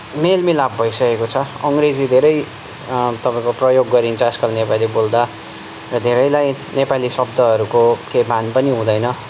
मेल मिलाप भइसकेको छ अङ्ग्रेजी धेरै तपाईँको प्रयोग गरिन्छ आजकल नेपाली बोल्दा धेरैलाई नेपाली शब्दहरूको केही भान पनि हुँदैन